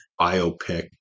biopic